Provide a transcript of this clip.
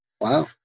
Wow